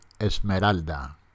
Esmeralda